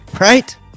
right